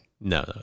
No